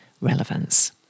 relevance